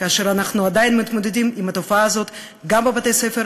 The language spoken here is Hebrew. כאשר אנחנו עדיין מתמודדים עם התופעה הזאת גם בבתי-ספר,